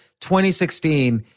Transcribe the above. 2016